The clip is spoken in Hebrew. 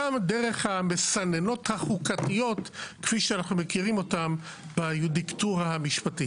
גם דרך המסננות החוקתיות כפי שאנחנו מכירים אותם ביודיקטורה המשפטית.